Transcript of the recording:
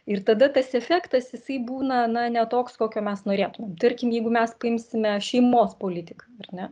ir tada tas efektas jisai būna na ne toks kokio mes norėtumėm tarkim jeigu mes paimsime šeimos politiką ar ne